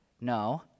No